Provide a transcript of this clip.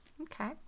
Okay